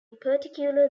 particular